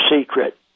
Secret